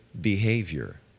behavior